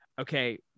okay